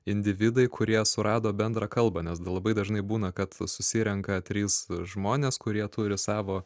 individai kurie surado bendrą kalbą nes labai dažnai būna kad susirenka trys žmonės kurie turi savo